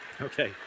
Okay